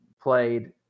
played